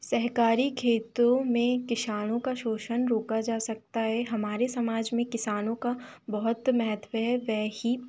सहकारी खेतों में किसानों का शोषण रोका जा सकता है हमारे समाज में किसानों का बहुत महत्व है वे ही